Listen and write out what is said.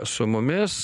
su mumis